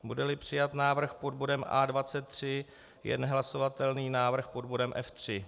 Budeli přijat návrh pod bodem A23, je nehlasovatelný návrh pod bodem F3.